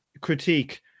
critique